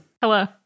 Hello